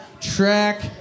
track